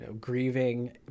grieving